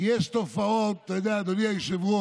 כי יש תופעות, אתה יודע, אדוני היושב-ראש,